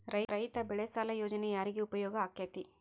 ರೈತ ಬೆಳೆ ಸಾಲ ಯೋಜನೆ ಯಾರಿಗೆ ಉಪಯೋಗ ಆಕ್ಕೆತಿ?